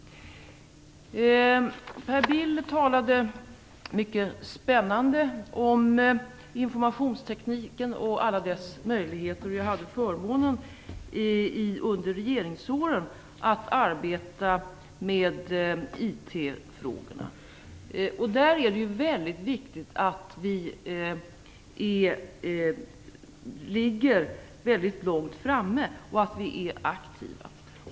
Per Bill talade mycket spännande om informationstekniken och alla dess möjligheter. Under regeringsåren hade jag förmånen att arbeta med IT frågorna. Det är betydelsefullt att vi ligger långt framme och att vi är aktiva.